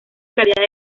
calidad